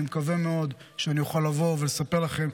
אני מקווה מאוד שאוכל לבוא ולספר לכם,